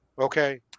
okay